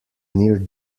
near